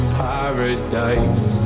paradise